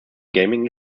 gaming